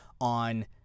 on